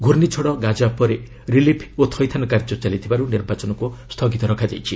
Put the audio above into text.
ଘୂର୍ଣ୍ଣିଝଡ଼ ଗାଜା ପରେ ରିଲିଫ୍ ଓ ଥଇଥାନ କାର୍ଯ୍ୟ ଚାଲିଥିବାରୁ ନିର୍ବାଚନକୁ ସ୍ଥଗିତ ରଖାଯାଇଛି